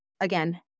again